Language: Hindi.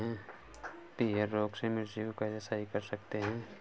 पीहर रोग से मिर्ची को कैसे सही कर सकते हैं?